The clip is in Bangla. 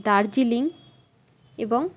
দার্জিলিং এবং